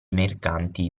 mercanti